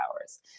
hours